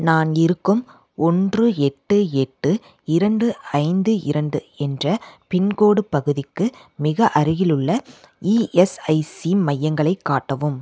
நான் இருக்கும் ஒன்று எட்டு எட்டு இரண்டு ஐந்து இரண்டு என்ற பின்கோடு பகுதிக்கு மிக அருகிலுள்ள இஎஸ்ஐசி மையங்களைக் காட்டவும்